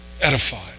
Edified